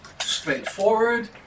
straightforward